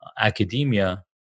academia